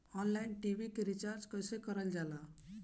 Online TV के recharge कईसे करल जाला?